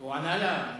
הוא ענה לה.